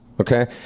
okay